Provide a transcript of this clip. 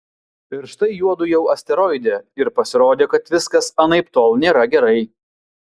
ir štai juodu jau asteroide ir pasirodė kad viskas anaiptol nėra gerai